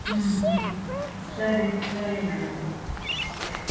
ಹ್ಞೂ ಹ್ಞೂ ಸರಿ ಸರಿ ಮೇಡಮ್ ಓಕೆ